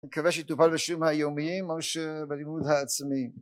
מקווה שתטופל בשירים היומיים או שבלימוד העצמי